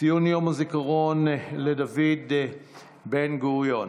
ציון יום הזיכרון לדוד בן-גוריון.